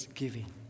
giving